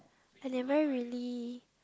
and then I really